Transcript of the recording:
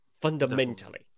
Fundamentally